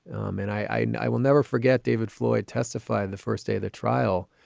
um and i and i will never forget david floyd testify the first day of the trial,